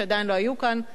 שעדיין לא היו כאן,